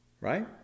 right